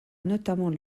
notamment